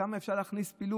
כמה אפשר להכניס פילוג?